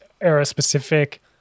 era-specific